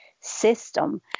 system